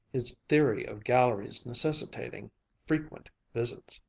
his theory of galleries necessitating frequent visits.